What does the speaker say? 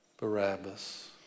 Barabbas